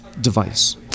device